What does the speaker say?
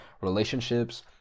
relationships